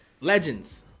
Legends